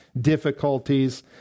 difficulties